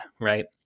right